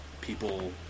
people